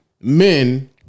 men